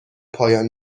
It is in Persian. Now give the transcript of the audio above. پایان